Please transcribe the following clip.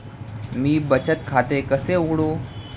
मी बचत खाते कसे उघडू?